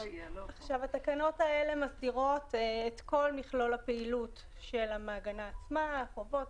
התקנות האלה מסדירות את כל מכלול הפעילות של המעגנה עצמה: חובות,